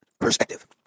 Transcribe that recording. Perspective